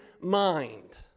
mind